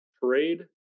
parade